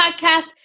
podcast